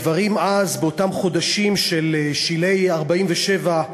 הדברים אז, באותם חודשים של שלהי 1947,